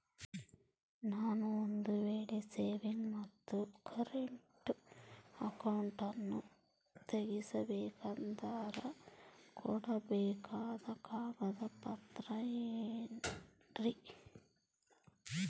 ನಾನು ಒಂದು ವೇಳೆ ಸೇವಿಂಗ್ಸ್ ಮತ್ತ ಕರೆಂಟ್ ಅಕೌಂಟನ್ನ ತೆಗಿಸಬೇಕಂದರ ಕೊಡಬೇಕಾದ ಕಾಗದ ಪತ್ರ ಏನ್ರಿ?